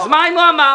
אז מה אם הוא אמר?